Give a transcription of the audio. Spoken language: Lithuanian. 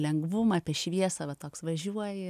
lengvumą apie šviesą va toks važiuoji